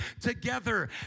together